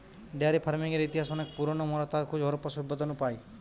diary ফার্মিংয়ের ইতিহাস অনেক পুরোনো, মোরা তার খোঁজ হারাপ্পা সভ্যতা নু পাই